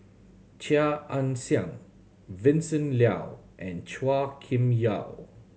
Chia Ann Siang Vincent Leow and Chua Kim Yeow